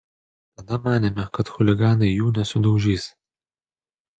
tada manėme kad chuliganai jų nesudaužys